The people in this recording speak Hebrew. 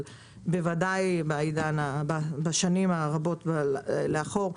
אבל בוודאי בשנים הרבות לאחור.